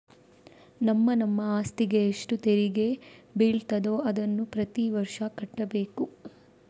ನಮ್ಮ ನಮ್ಮ ಅಸ್ತಿಗೆ ಎಷ್ಟು ತೆರಿಗೆ ಬೀಳ್ತದೋ ಅದನ್ನ ಪ್ರತೀ ವರ್ಷ ಕಟ್ಬೇಕು